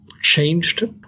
changed